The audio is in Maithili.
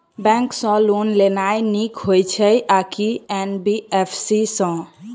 बैंक सँ लोन लेनाय नीक होइ छै आ की एन.बी.एफ.सी सँ?